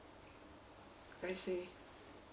I see